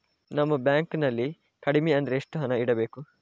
ನಮ್ಮ ಬ್ಯಾಂಕ್ ನಲ್ಲಿ ಕಡಿಮೆ ಅಂದ್ರೆ ಎಷ್ಟು ಹಣ ಇಡಬೇಕು?